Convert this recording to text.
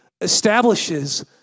establishes